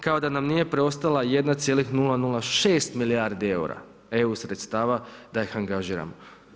Kao da nam nije preostala 1,006 milijardi eura EU sredstava da ih angažiramo.